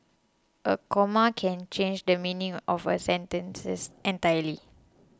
a comma can change the meaning of a sentences entirely